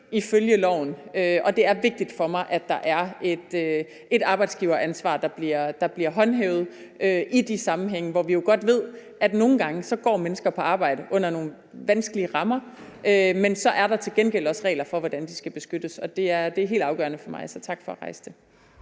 ifølge loven, og det er vigtigt for mig, at der er et arbejdsgiveransvar, der bliver håndhævet i de tilfælde, hvor vi godt ved, at nogle gange går mennesker på arbejde under nogle vanskelige rammer. Men så er der til gengæld også regler for, hvordan de skal beskyttes. Det er helt afgørende for mig, så tak for at rejse det.